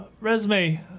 Resume